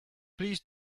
please